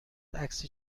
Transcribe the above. عکس